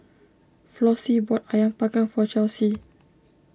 Flossie bought Ayam Panggang for Chelsey